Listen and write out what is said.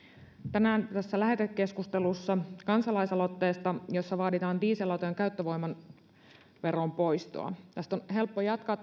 tänään tässä lähetekeskustelussa puhutaan kansalaisaloitteesta jossa vaaditaan dieselautojen käyttövoimaveron poistoa edustaja werningin puheenvuorosta on helppo jatkaa